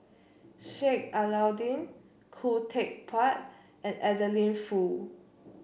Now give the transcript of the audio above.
Sheik Alau'ddin Khoo Teck Puat and Adeline Foo